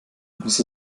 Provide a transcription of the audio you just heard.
muss